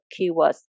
keywords